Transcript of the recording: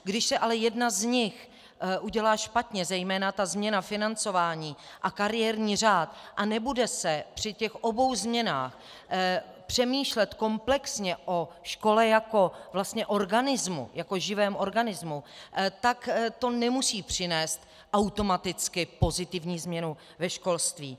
Když se ale jedna z nich udělá špatně, zejména ta změna financování a kariérní řád, a nebude se při těch obou změnách přemýšlet komplexně o škole jako organismu, jako živém organismu, tak to nemusí přinést automaticky pozitivní změnu ve školství.